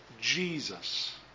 Jesus